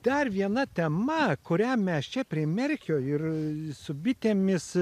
dar viena tema kurią mes čia prie merkio ir su bitėmis